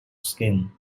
skin